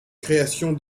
création